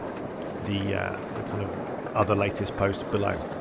the the kind of other latest posts below.